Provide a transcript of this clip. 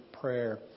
prayer